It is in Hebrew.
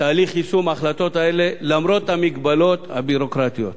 תהליך יישום ההחלטות האלה למרות המגבלות הביורוקרטיות.